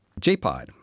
JPod